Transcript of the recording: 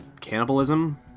cannibalism